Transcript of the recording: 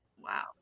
wow